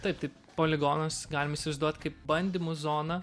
taip tai poligonas galim įsivaizduot kaip bandymų zoną